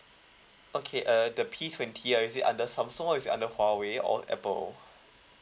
okay uh the P twenty uh is it under samsung or is it under huawei or apple